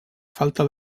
falta